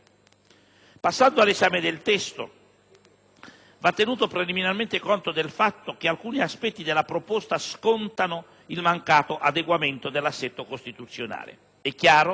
Passando all'esame del testo, va tenuto preliminarmente conto del fatto che alcuni aspetti della proposta scontano il mancato adeguamento dell'assetto costituzionale. È chiaro